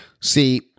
See